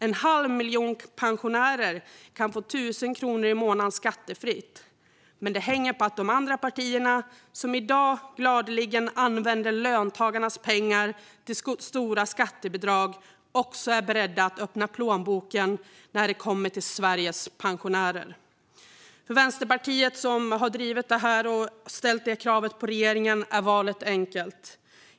En halv miljon pensionärer kan få 1 000 kronor i månaden skattefritt. Men det hänger på att de andra partierna, som i dag gladeligen använder löntagarnas pengar till stora skattebidrag, också är beredda att öppna plånboken när det kommer till Sveriges pensionärer. För Vänsterpartiet, som har drivit det här och ställt detta krav på regeringen, är valet enkelt.